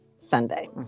Sunday